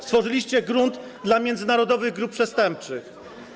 Stworzyliście grunt dla międzynarodowych grup przestępczych.